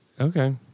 Okay